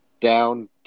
down